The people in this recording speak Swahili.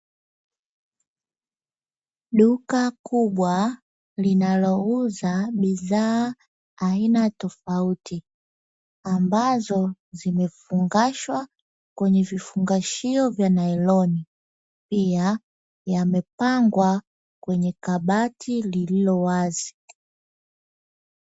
Duka kubwa linalouza bidhaa aina tofauti ambazo zimefungashwa kwenye vifungashio vya nailoni. Pia, yamepangwa kwenye kabati lililo wazi.